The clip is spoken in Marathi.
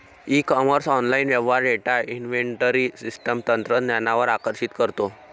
ई कॉमर्स ऑनलाइन व्यवहार डेटा इन्व्हेंटरी सिस्टम तंत्रज्ञानावर आकर्षित करतो